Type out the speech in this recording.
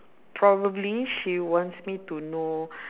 probably she wants me to know